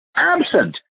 absent